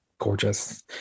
gorgeous